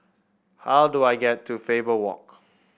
how do I get to Faber Walk